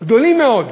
גדולים מאוד,